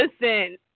Listen